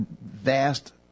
vast